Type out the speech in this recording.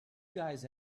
guys